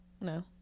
No